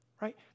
right